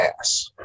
ass